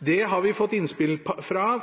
krone, har vi fått innspill